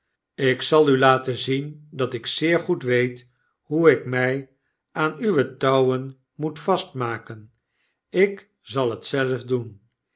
ik zal u laten zien dat ik zeer goed weet hoe ik my aan uwe touwen moet vastmaken ik zal het zelf doen